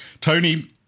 Tony